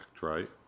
right